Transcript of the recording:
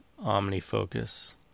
OmniFocus